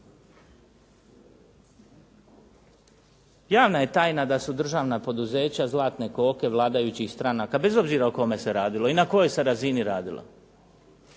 Javna je tajna da su državna poduzeća zlatne koke vladajućih stranaka, bez obzira o kome se radilo i na kojoj se razini radilo.